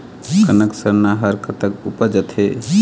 कनक सरना हर कतक उपजथे?